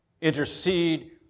intercede